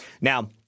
Now